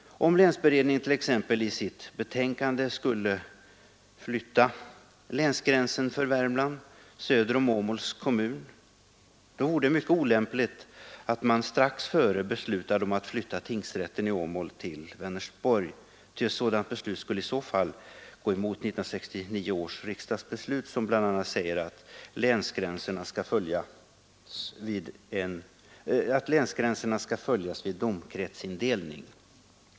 Om länsberedningen t.ex. i sitt betänkande skulle flytta länsgränsen för Värmland söder om Åmåls kommun, vore det mycket olämpligt att man strax före detta beslut skulle besluta att flytta tingsrätten i Åmål till Vänersborg, eftersom ett sådant beslut skulle gå emot 1969 års riksdagsbeslut, vilket bl.a. säger att länsgränserna skall följas vid domkretsindelning.